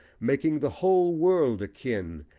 making the whole world akin,